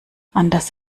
anders